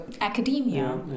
academia